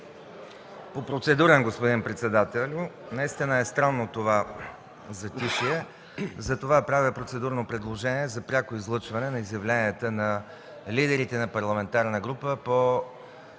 По процедурен, господин председателю. Наистина е странно това затишие, затова правя процедурно предложение за пряко излъчване изявленията на лидерите на парламентарните групи по